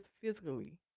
physically